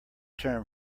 term